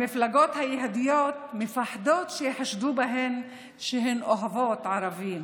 המפלגות היהודיות מפחדות שיחשדו בהן שהן אוהבות ערבים.